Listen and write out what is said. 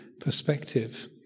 perspective